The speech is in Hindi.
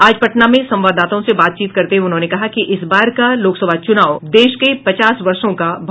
आज पटना में संवाददाताओं से बातचीत करते हुए उन्होंने कहा कि इस बार का लोकसभा चूनाव देश के पचास वर्षों का भविष्य तय करेगा